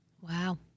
Wow